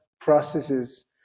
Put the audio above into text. processes